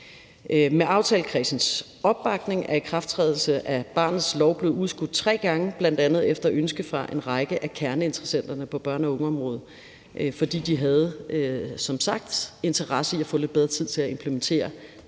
Med aftalekredsens opbakning er ikrafttrædelsen af barnets lov blevet udskudt tre gange, bl.a. efter ønske fra en række af kerneinteressenterne på børne- og ungeområdet, fordi de som sagt havde interesse i at få lidt bedre tid til at implementere